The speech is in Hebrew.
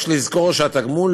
יש לזכור שהתגמול